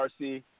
RC